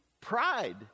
Pride